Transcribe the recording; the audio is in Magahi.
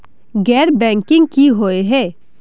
गैर बैंकिंग की हुई है?